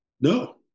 no